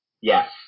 yes